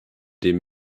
den